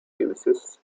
uses